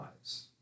lives